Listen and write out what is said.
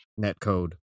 Netcode